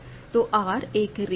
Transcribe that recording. तो R एक ring है